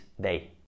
day